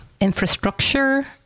infrastructure